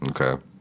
Okay